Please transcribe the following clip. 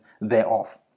thereof